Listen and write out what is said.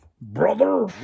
brother